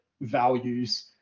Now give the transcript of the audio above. values